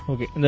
Okay